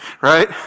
right